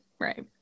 right